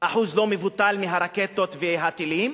אחוז לא מבוטל מהרקטות והטילים